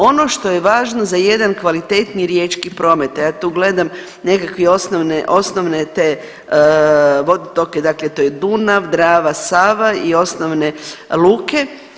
Ono što je važno za jedan kvalitetniji riječki promet a ja tu gledam nekakve osnovne te vodotoke, dakle to je Dunav, Drava, Sava i osnovne luke.